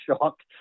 shocked